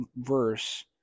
verse